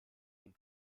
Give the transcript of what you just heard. den